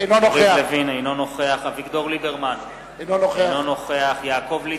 אינו נוכח אביגדור ליברמן, אינו נוכח יעקב ליצמן,